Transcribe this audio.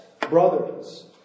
brothers